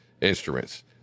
instruments